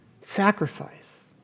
Sacrifice